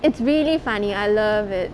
it's really funny I love it